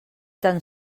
tan